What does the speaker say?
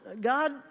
God